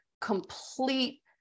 complete